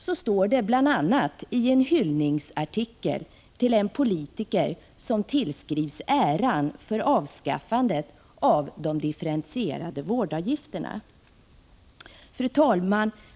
Så står det bl.a. i en hyllningsartikel till en politiker som tillskrivs äran för avskaffandet av de differentierade vårdavgifterna. Fru talman!